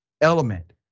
element